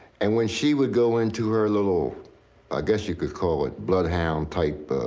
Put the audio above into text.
and when she would go into her little i guess you could call it bloodhound-type,